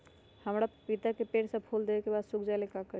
हमरा पतिता के पेड़ सब फुल देबे के बाद सुख जाले का करी?